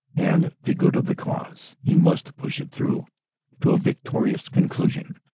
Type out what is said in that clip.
and the good of the cause, he must push it through to a victorious conclusion.